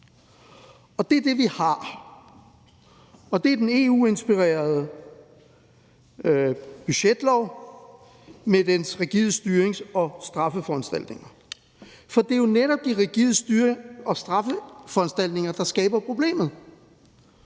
Det er det, vi har, og det er den EU-inspirerede budgetlov med dens rigide styrings- og straffeforanstaltninger. For det er jo netop de rigide styrings- og straffeforanstaltninger, der skaber problemet.